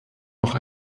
noch